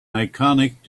iconic